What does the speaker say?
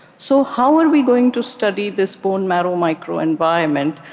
so how are we going to study this bone marrow microenvironment,